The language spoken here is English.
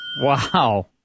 Wow